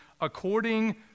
according